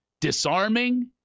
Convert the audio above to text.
disarming